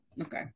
Okay